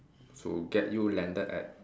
to get you landed at